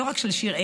לא רק של שיראל,